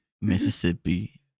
Mississippi